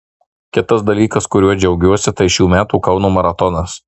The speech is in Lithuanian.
kitas dalykas kuriuo džiaugiuosi tai šių metų kauno maratonas